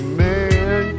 man